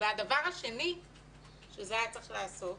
והדבר השני שזה היה צריך לעשות,